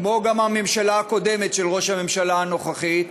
כמו גם הממשלה הקודמת של ראש הממשלה הנוכחי,